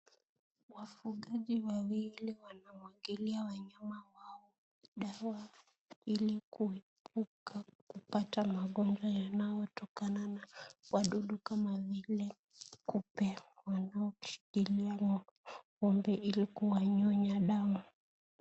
Wafugaji wawili wanamwagilia wanyama wao dawa ili kuzuia kupata magonjwa yanayotokana na wadudu kama vile kupe wanaoshikilia ng'ombe ili kuwanyonya damu.